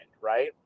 right